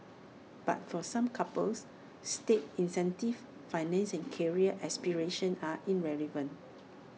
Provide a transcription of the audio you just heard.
but for some couples state incentives finances and career aspirations are irrelevant